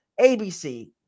ABC